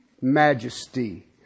majesty